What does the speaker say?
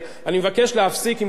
אני אומר לכם באהבה,